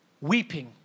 weeping